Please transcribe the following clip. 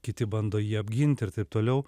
kiti bando jį apginti ir taip toliau